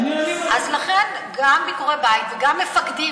אז לכן גם ביקורי בית וגם מפקדים,